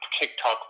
TikTok